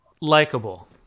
likable